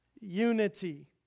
unity